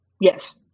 Yes